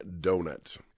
Donut